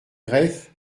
greff